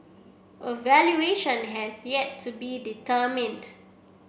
a valuation has yet to be determined